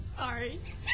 Sorry